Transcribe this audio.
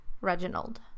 Reginald